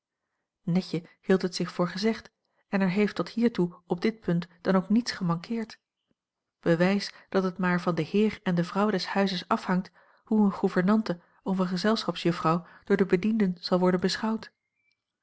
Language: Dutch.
netje hield het zich voor gezegd en er heeft tot hiertoe op dit punt dan ook niets gemankeerd bewijs dat het maar van den heer en de vrouw des huizes afhangt hoe eene gouvernante of eene gezelschapsjuffrouw door de bedienden zal worden beschouwd